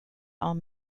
are